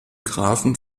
grafen